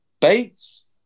Bates